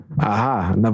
Aha